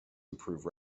improve